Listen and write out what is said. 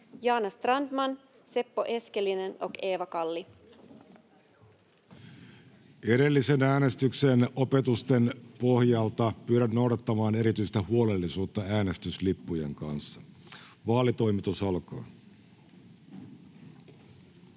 Edellisen äänestyksen opetusten pohjalta pyydän noudattamaan erityistä huolellisuutta äänestyslippujen kanssa. [Speech 2] Speaker: